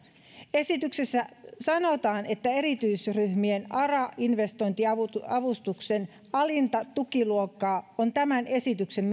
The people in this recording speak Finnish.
esityksessä sanotaan että erityisryhmien ara investointiavustuksen alinta tukiluokkaa on tämän esityksen